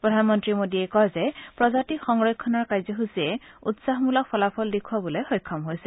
প্ৰধানমন্ত্ৰী মোদীয়ে দৃঢ়তাৰে কয় যে প্ৰজাতি সংৰক্ষণৰ কাৰ্যসূচীয়ে উৎসাহমূলক ফলাফল দেখুৱাবলৈ সক্ষম হৈছে